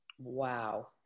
Wow